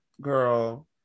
girl